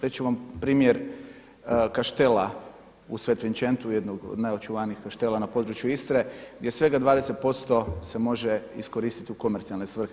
Reći ću vam primjer Kaštela u Svetvinčentu u jednog od najočuvanijih kaštela na području Istre gdje svega 20% se može iskoristiti u komercijalne svrhe.